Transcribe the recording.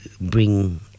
bring